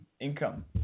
income